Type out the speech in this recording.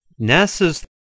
NASA's